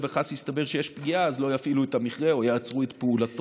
וחס יסתבר שיש פגיעה אז לא יפעילו את המכרה או יעצרו את פעולתו.